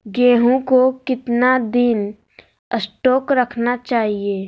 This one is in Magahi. गेंहू को कितना दिन स्टोक रखना चाइए?